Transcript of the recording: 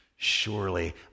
Surely